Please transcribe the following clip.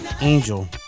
Angel